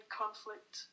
conflict